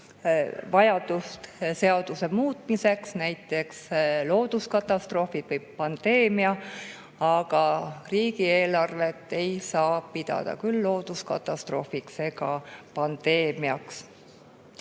vajadust seaduse muutmiseks, näiteks looduskatastroofid või pandeemia. Riigieelarvet ei saa küll pidada looduskatastroofiks ega pandeemiaks.